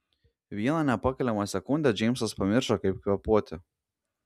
vieną nepakeliamą sekundę džeimsas pamiršo kaip kvėpuoti